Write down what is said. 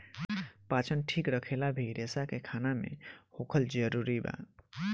पाचन ठीक रखेला भी रेसा के खाना मे होखल जरूरी बा